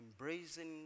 embracing